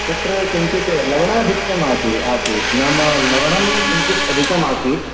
तत्र किञ्चिद् लवणाधिक्यम् आस् आसीत् नाम लवणं किञ्चित् अधिकमासीत्